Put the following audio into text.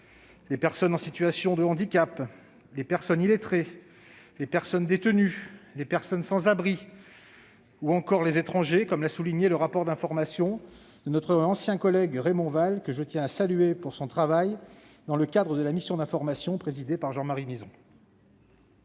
les personnes en situation de handicap, les personnes illettrées, les personnes détenues, les personnes sans abri ou encore les étrangers, comme l'a souligné le rapport d'information de notre ancien collègue Raymond Vall- je tiens d'ailleurs à saluer le travail qu'il a réalisé dans le cadre de la mission d'information présidée par Jean-Marie Mizzon.